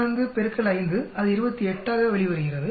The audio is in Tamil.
4 x 5 அது 28 ஆக வெளிவருகிறது